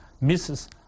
misses